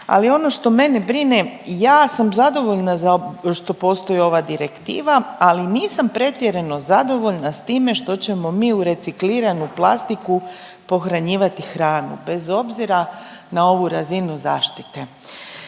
Ali ono što mene brine, ja sam zadovoljna što postoji ova direktiva ali nisam pretjerano zadovoljna s time što ćemo mi u recikliranu plastiku pohranjivati hranu bez obzira na ovu razinu zaštite.